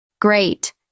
Great